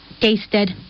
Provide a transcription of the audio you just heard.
tasted